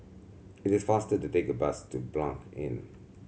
it is faster to take bus to Blanc Inn